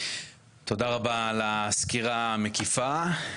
תודה רבה על הסקירה המקיפה.